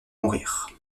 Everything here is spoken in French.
mourir